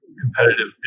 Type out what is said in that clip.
competitive